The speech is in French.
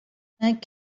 cinq